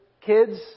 kids